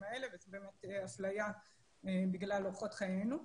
האלה וזו באמת אפליה בגלל אורחות חיינו,